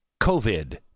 COVID